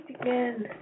again